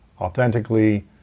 authentically